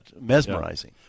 mesmerizing